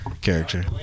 character